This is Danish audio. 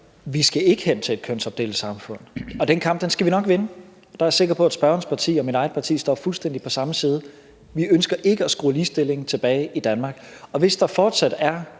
Vi skal ikke hen til et kønsopdelt samfund, og den kamp skal vi nok vinde. Der er jeg sikker på at spørgerens parti og mit eget parti står fuldstændig på samme side. Vi ønsker ikke at skrue ligestillingen tilbage i Danmark. Hvis der fortsat i